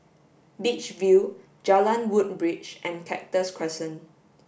Beach View Jalan Woodbridge and Cactus Crescent